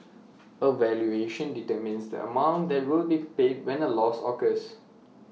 A valuation determines the amount that will be paid when A loss occurs